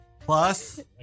Plus